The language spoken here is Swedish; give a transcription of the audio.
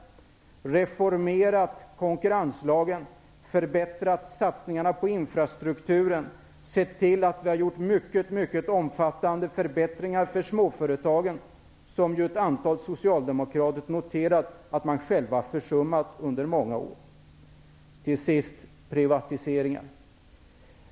Vi har reformerat konkurrenslagen, förbättrat satsningarna på infrastrukturen och gjort mycket omfattande förbättringar för småföretagarna, något som ett antal socialdemokrater noterat att de själva försummat under många år. Till sist något om privatiseringar.